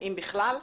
אם בכלל?